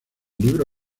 libro